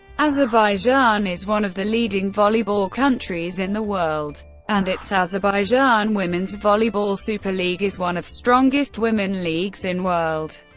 azerbaijan is one of the leading volleyball countries in the world and its azerbaijan women's volleyball super league is one of strongest women leagues in world.